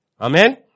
Amen